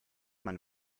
man